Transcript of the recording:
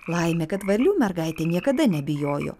laimė kad varlių mergaitė niekada nebijojo